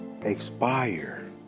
expire